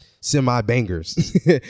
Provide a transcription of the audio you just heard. semi-bangers